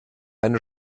eine